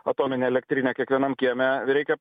atominę elektrinę kiekvienam kieme reikia